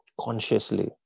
consciously